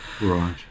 right